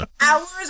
Hours